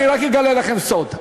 אני רק אגלה לכם סוד,